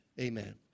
Amen